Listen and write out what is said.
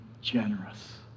generous